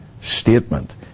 statement